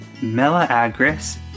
Melaagris